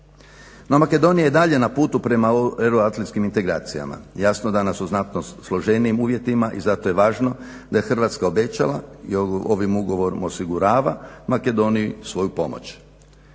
No Makedonija je i dalje na putu prema euroatlantskim integracijama, jasno danas su znatno složenijim uvjetima i zato je važno da je Hrvatska obećala i ovim ugovorom osigurava Makedoniji svoju pomoć.